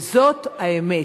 וזאת האמת.